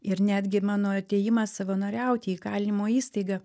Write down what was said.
ir netgi mano atėjimas savanoriauti į įkalinimo įstaigą